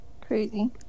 Crazy